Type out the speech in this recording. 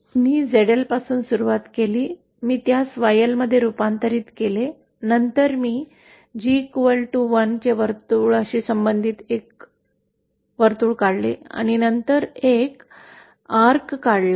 मी ZL पासून सुरुवात केली मी त्यास YL मध्ये रूपांतरित केले नंतर मी G 1 वर्तुळशी संबंधित एक कंस काढला